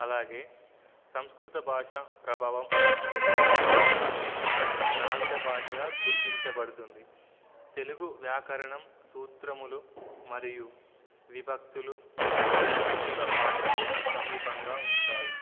అలాగే సంస్కృత భాష ప్రభావం అత్య రతన్న ద్రావిడ భాషగా గుర్తించబడుతుంది తెలుగు వ్యాకరణం సూత్రములు మరియు విభక్తులు సంస్కృత భాషకు సమీపంగా ఉంటాయి